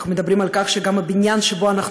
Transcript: אנחנו מדברים על כך שגם הבניין שבו אנחנו